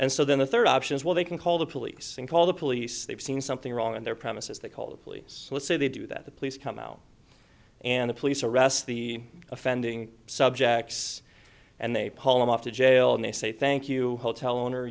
and so then the third option is well they can call the police and call the police they've seen something wrong in their premises they call the police let's say they do that the police come out and the police arrest the offending subjects and they haul him off to jail and they say thank you hotel owner